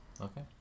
Okay